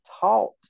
taught